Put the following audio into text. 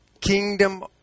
kingdom